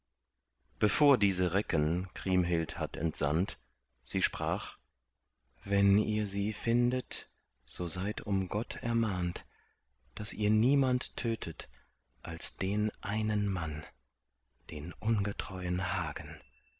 bevor diese recken kriemhild hatt entsandt sie sprach wenn ihr sie findet so seid um gott ermahnt daß ihr niemand tötet als den einen mann den ungetreuen hagen